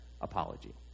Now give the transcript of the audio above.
apology